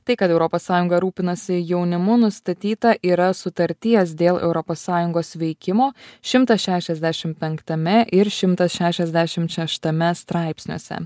tai kad europos sąjunga rūpinasi jaunimu nustatyta yra sutarties dėl europos sąjungos veikimo šimtas šešiasdešim penktame ir šimtas šešiasdešimt šeštame straipsniuose